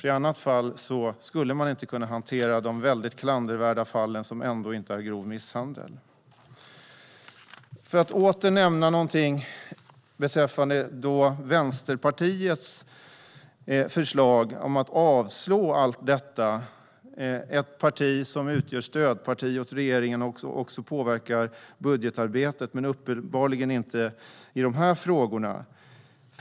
I annat fall skulle man inte kunna hantera de väldigt klandervärda fall som ändå inte är grov misshandel. Jag vill åter nämna något beträffande Vänsterpartiets förslag att allt detta ska avslås. Detta parti utgör stödparti åt regeringen och påverkar budgetarbetet men gör det uppenbarligen inte i dessa frågor.